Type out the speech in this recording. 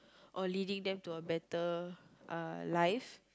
or leading them to a better uh life